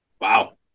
Wow